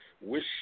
wish